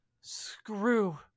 screw